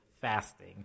fasting